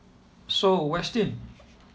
so westin